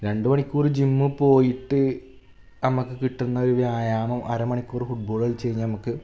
രണ്ട് മണിക്കൂർ ജിമ്മ് പോയിട്ട് അമ്മക്ക് കിട്ടുന്നൊരു വ്യായാമം അര മണിക്കൂർ ഫുട്ബോൾ കളിച്ചു കഴിഞ്ഞാൽ നമുക്ക്